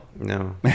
No